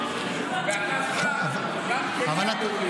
זה בסדר, זה הדדי.